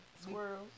squirrels